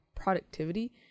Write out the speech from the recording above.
productivity